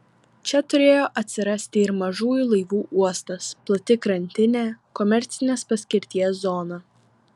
čia turėjo atsirasti ir mažųjų laivų uostas plati krantinė komercinės paskirties zona